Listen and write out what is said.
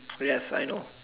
yes I know